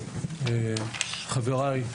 חבריי,